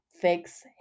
fix